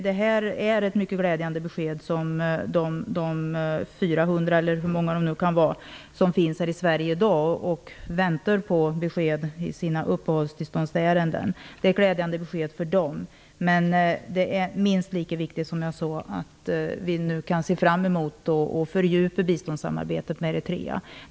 Det är ett mycket glädjande besked för de 400 eritreaner, eller hur många det nu kan vara, som finns här i Sverige i dag och väntar på besked i sina uppehållstillståndsärenden. Men det är som jag sade minst lika viktigt att vi nu kan se fram emot att fördjupa biståndssamarbetet med Eritrea.